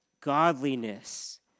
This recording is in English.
godliness